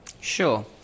Sure